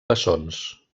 bessons